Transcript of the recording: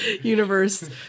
universe